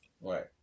Right